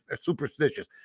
superstitious